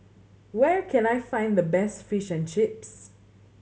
where can I find the best Fish and Chips